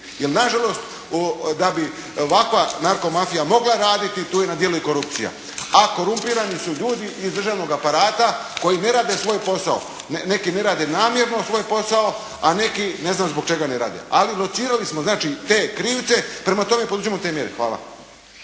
Jer nažalost da bi ovakva narkomafija mogla raditi tu je na djelu i korupcija. A korumpirani su ljudi iz državnoga aparata koji ne rade svoj posao, neki ne rade namjerno svoj posao a neki ne znam zbog čega ne rade. Ali locirali smo znači te krivce. Prema tome, poduzmimo te mjere. Hvala.